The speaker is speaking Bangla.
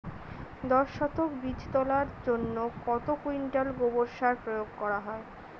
দশ শতক বীজ তলার জন্য কত কুইন্টাল গোবর সার প্রয়োগ হয়?